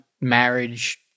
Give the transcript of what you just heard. marriage